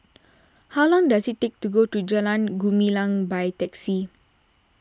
how long does it take to get to Jalan Gumilang by taxi